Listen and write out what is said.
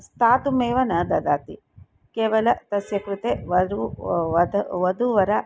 स्थातुमेव न ददाति केवलं तस्य कृते वद वधूः वधूवरौ